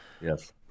yes